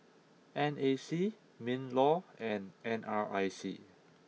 N A C Minlaw and N R I C